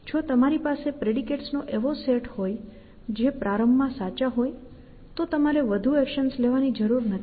જો તમારી પાસે પ્રેડિકેટ્સ નો એવો સેટ હોય જે પ્રારંભમાં સાચા હોય તો તમારે વધુ એક્શન્સ લેવાની જરૂર નથી